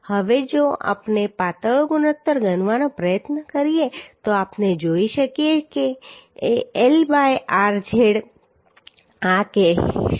હવે જો આપણે પાતળો ગુણોત્તર ગણવાનો પ્રયત્ન કરીએ તો આપણે જોઈ શકીએ છીએ કે L બાય rz આ એક હશે